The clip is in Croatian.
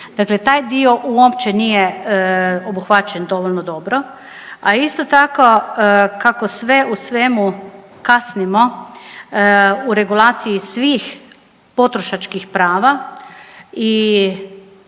Dakle, taj dio uopće nije obuhvaćen dovoljno dobro, a isto tako kako sve u svemu kasnimo u regulaciji svih potrošačkih prava i